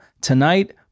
tonight